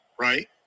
Right